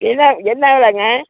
என்ன என்ன விலைங்க